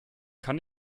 kann